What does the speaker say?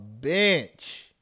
bench